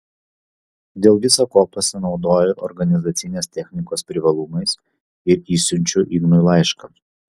dėl visa ko pasinaudoju organizacinės technikos privalumais ir išsiunčiu ignui laišką